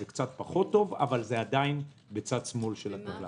זה קצת פחות טוב אבל עדיין בצד שמאל של הטבלה.